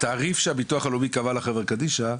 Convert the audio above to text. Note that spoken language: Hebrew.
התעריף שהביטוח הלאומי קבע לחברה קדישא,